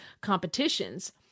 competitions